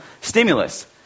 stimulus